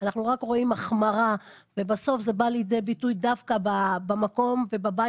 אנחנו רק רואים החמרה ובסוף זה בא לידי ביטוי דווקא במקום ובבית